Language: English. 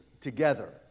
together